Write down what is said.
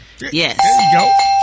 Yes